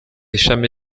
ishami